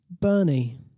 Bernie